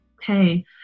Hey